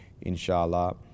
inshallah